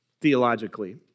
theologically